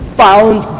found